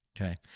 Okay